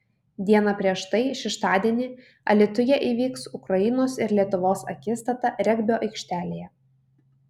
diena prieš tai šeštadienį alytuje įvyks ukrainos ir lietuvos akistata regbio aikštėje